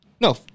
No